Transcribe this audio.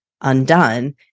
undone